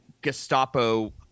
Gestapo